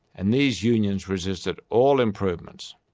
and these unions resisted all improvements.